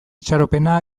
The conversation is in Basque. itxaropena